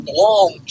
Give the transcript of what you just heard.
long